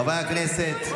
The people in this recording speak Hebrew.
חברי הכנסת,